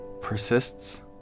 persists